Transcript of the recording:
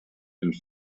and